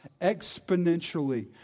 exponentially